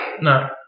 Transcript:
No